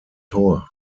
tor